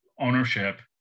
ownership